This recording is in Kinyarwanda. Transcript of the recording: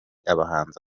abahanzi